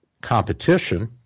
competition